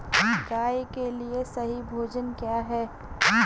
गाय के लिए सही भोजन क्या है?